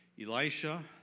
Elisha